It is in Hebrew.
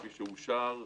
כפי שאושר.